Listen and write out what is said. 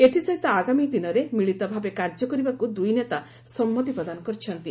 ଏଥି ସହିତ ଆଗାମୀ ଦିନରେ ମିଳିତ ଭାବେ କାର୍ଯ୍ୟ କରିବାକୁ ଦୁଇ ନେତା ସମ୍ମତି ପ୍ରଦାନ କରିଛନ୍ତି